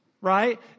Right